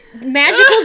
Magical